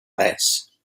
less